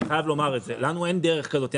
אני חייב לומר את זה, לנו אין דרך כזאת.